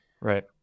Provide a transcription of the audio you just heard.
right